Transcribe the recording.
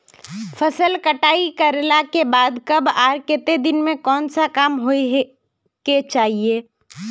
फसल कटाई करला के बाद कब आर केते दिन में कोन सा काम होय के चाहिए?